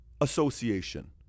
association